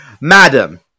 Madam